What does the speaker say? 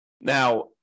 Now